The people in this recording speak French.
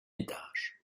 étage